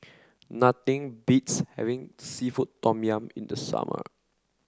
nothing beats having seafood Tom Yum in the summer